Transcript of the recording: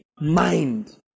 mind